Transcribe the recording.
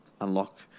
unlock